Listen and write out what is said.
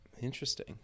Interesting